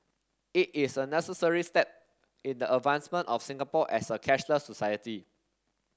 it is a necessary step in the advancement of Singapore as a cashless society